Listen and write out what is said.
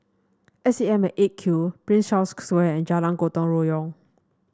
S A M at Eight Q Prince Charles Square and Jalan Gotong Royong